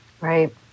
Right